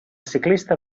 ciclista